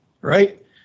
right